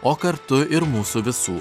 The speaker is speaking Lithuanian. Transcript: o kartu ir mūsų visų